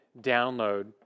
download